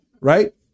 Right